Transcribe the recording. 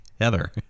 Heather